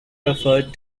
referred